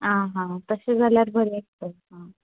आ हा तशें जाल्यार बरें आसता हा